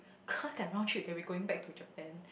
cause their round trip they will be going back to Japan